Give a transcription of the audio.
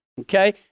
Okay